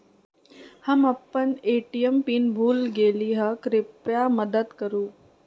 हम अपन ATM pin भूल गेली ह, कृपया मदत करू